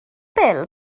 bil